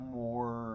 more